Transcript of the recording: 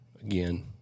again